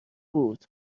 بودا